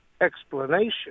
explanation